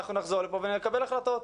אנחנו נחזור לפה ונקבל החלטות,